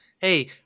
hey